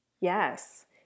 Yes